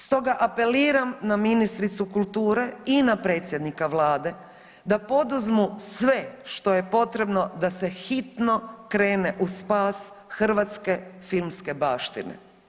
Stoga apeliram na ministricu kulture i na predsjednika Vlade da poduzmu sve što je potrebno da se hitno krene u spas hrvatske filmske baštine.